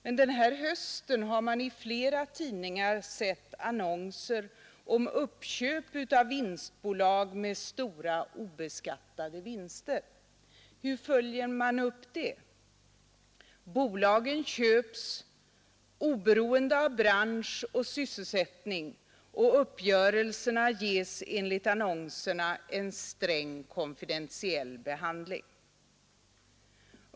Men under den här hösten har man i flera tidningar sett annonser om uppköp av vinstbolag med stora obeskattade vinster. Hur följer man upp det? Bolagen köps oberoende av bransch och sysselsättning, och uppgörelserna ges enligt annonserna en strängt konfidentiell behandling.